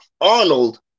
Arnold